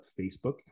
Facebook